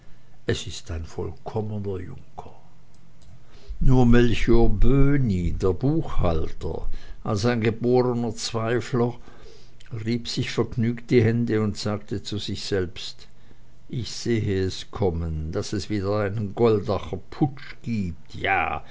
es ist ein vollkommener junker nur melcher böhni der buchhalter als ein geborener zweifler rieb sich vergnügt die hände und sagte zu sich selbst ich sehe es kommen daß es wieder einen goldacher putsch gibt ja